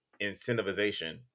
incentivization